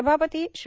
सभापती श्री